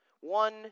One